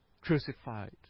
Crucified